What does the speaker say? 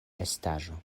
estaĵo